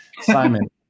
Simon